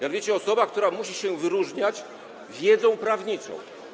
Jak wiecie, osoba, która musi się wyróżniać wiedzą prawniczą.